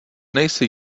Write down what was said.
nejsi